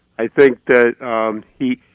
i think that he.